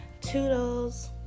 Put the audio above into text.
Toodles